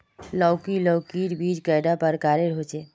लौकी लौकीर बीज कैडा प्रकारेर होचे?